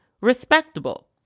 respectable